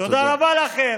תודה רבה לכם.